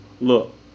look